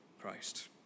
Christ